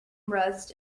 rust